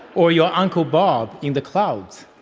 or your uncle bob in the clouds?